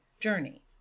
journey